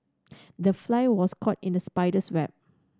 the fly was caught in the spider's web